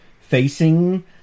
facing